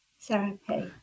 therapy